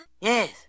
Yes